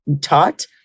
taught